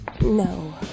No